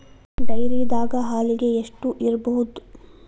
ಡೈರಿದಾಗ ಹಾಲಿಗೆ ಎಷ್ಟು ಇರ್ಬೋದ್?